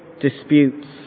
disputes